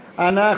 נתקבל.